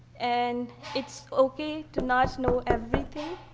and it's ok to not know everything,